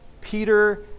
Peter